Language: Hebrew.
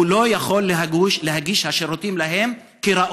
הוא לא יכול להגיש להם שירותים כראוי.